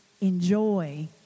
enjoy